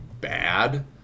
bad